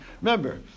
Remember